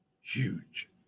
huge